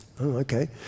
Okay